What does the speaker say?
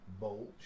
Bold